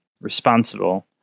responsible